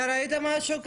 אתה ראית משהו כזה?